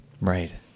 Right